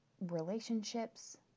relationships